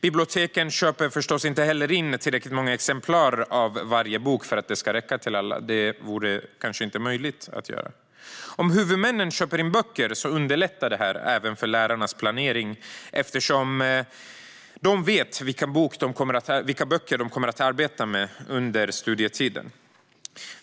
Biblioteken köper förstås inte heller in tillräckligt många exemplar av varje bok för att det ska räcka till alla; det vore kanske inte möjligt att göra. Om huvudmännen köper in böcker underlättar det även för lärarnas planering, eftersom de då vet vilka böcker de kommer att arbeta med under studietiden.